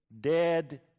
dead